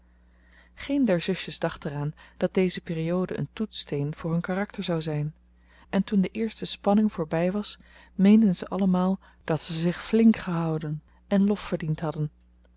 geen der zusjes dacht er aan dat deze periode een toetssteen voor hun karakter zou zijn en toen de eerste spanning voorbij was meenden ze allemaal dat ze zich flink gehouden en lof verdiend hadden